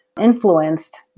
influenced